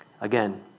Again